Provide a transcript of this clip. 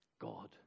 God